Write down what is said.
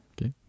Okay